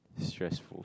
stressful